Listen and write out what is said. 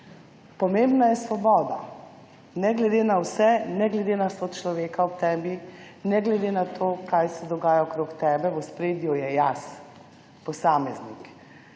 pomembna je svoboda; ne glede na vse, ne glede na sočloveka ob tebi, ne glede na to, kaj se dogaja okrog tebe, v ospredju je jaz, posameznik,